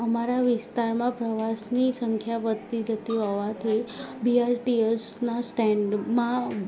અમારા વિસ્તારમાં પ્રવાસની સંખ્યા વધતી જતી હોવાથી બીઆરટીએસનાં સ્ટેન્ડમાં